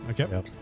Okay